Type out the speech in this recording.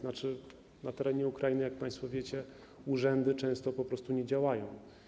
Na terenie Ukrainy, jak państwo wiecie, urzędy często po prostu nie działają.